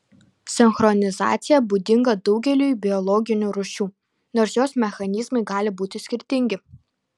sinchronizacija būdinga daugeliui biologinių rūšių nors jos mechanizmai gali būti skirtingi